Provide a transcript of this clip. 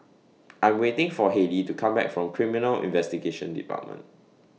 I'm waiting For Halie to Come Back from Criminal Investigation department